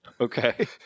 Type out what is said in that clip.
Okay